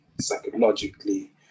psychologically